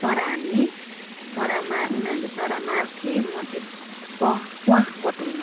चरा हान्ने चरामा उनीहरूले चरा मार्थे म चाहिँ प प्वाँख बटुल्नु